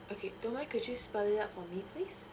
okay do you mind could you spell it out for me please